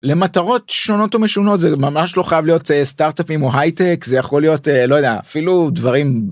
למטרות שונות ומשונות. זה ממש לא חייב להיות סטארטאפים או הייטק, זה יכול להיות אה... לא יודע, אפילו דברים...